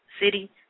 City